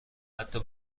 حتی